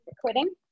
quitting